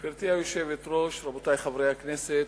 גברתי היושבת-ראש, רבותי חברי הכנסת,